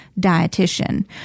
dietitian